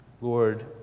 Lord